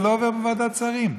זה לא עובר בוועדת השרים,